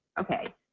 Okay